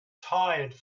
tired